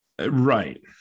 Right